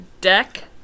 deck